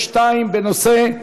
362, בנושא: